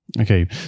okay